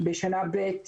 בשנה ב',